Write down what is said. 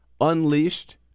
Unleashed